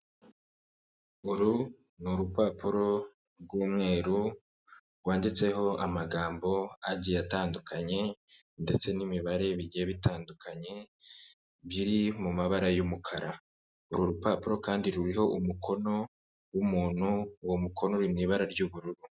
Uru nirupapuro rw'umweru rwanditseho amagambo agiye atandukanye ndetse n'imibare bigiye bitandukanye biri mu mabara y'umukara uru rupapuro kandi ruriho umukono wumuntu uwo mukono uri mu ibara ry'ubururu.